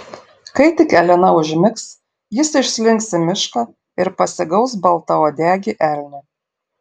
kai tik elena užmigs jis išslinks į mišką ir pasigaus baltauodegį elnią